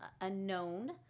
unknown